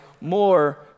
more